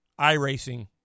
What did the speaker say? iRacing